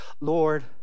Lord